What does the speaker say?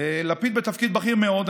בתפקיד בכיר מאוד.